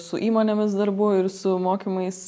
su įmonėmis darbų ir su mokymais